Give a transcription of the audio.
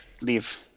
Leave